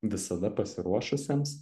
visada pasiruošusiems